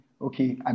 Okay